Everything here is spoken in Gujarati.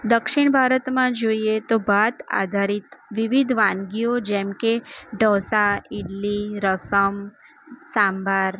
દક્ષિણ ભારતમાં જોઈએ તો ભાત આધારિત વિવિધ વાનગીઓ જેમ કે ઢોંસા ઇડલી રસમ સાંભાર